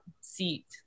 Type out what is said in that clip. seat